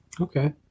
Okay